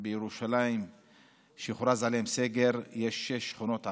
בירושלים שהוכרז עליהן סגר יש שש שכונות ערביות.